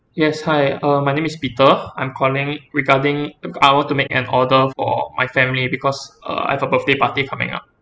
yes hi uh my name is peter I'm calling regarding I want to make an order for my family because uh I've a birthday party coming up